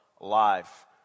life